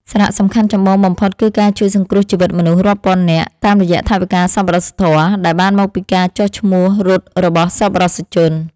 សារៈសំខាន់ចម្បងបំផុតគឺការជួយសង្គ្រោះជីវិតមនុស្សរាប់ពាន់នាក់ តាមរយៈថវិកាសប្បុរសធម៌ដែលបានមកពីការចុះឈ្មោះរត់របស់សប្បុរសជន។